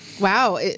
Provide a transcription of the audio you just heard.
Wow